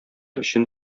өчен